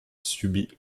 subit